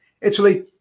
Italy